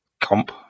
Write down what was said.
comp